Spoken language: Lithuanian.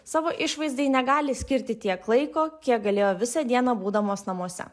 savo išvaizdai negali skirti tiek laiko kiek galėjo visą dieną būdamos namuose